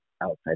outside